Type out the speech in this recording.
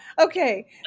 Okay